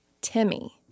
Timmy